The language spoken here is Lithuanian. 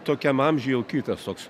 tokiam amžiuj jau kitas toks